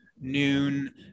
noon